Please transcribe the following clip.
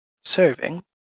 serving